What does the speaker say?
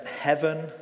heaven